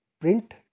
print